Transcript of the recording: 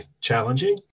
challenging